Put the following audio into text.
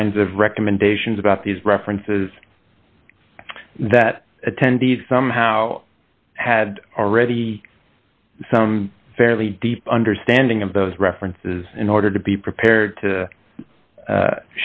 kinds of recommendations about these references that attendees somehow had already some fairly deep understanding of those references in order to be prepared to